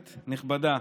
נכבדה,